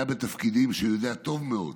היה בתפקידים שמהם הוא יודע טוב מאוד,